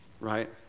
right